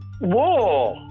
Whoa